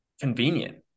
convenient